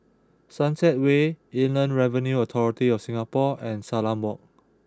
Sunset Way Inland Revenue Authority of Singapore and Salam Walk